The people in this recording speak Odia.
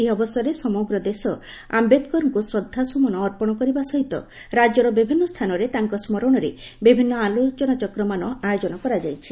ଏହି ଅବସରରେ ସମଗ୍ର ଦେଶ ଆୟେଦକରଙ୍କୁ ଶ୍ରଦ୍ଧାସୁମନ ଅର୍ପଣ କରିବା ସହିତ ରାକ୍ୟର ବିଭିନ୍ନ ସ୍ଥାନରେ ତାଙ୍କ ସ୍ପରଣରେ ବିଭିନ୍ନ ଆଲୋଚନାଚକ୍ରମାନ ଆୟୋଜନ କରାଯାଇଛି